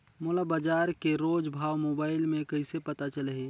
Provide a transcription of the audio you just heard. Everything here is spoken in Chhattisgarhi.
मोला बजार के रोज भाव मोबाइल मे कइसे पता चलही?